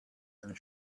and